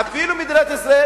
אפילו את מדינת ישראל